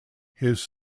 his